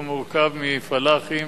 והוא מורכב מפלחים